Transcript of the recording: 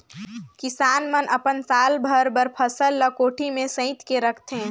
किसान मन अपन साल भर बर फसल ल कोठी में सइत के रखथे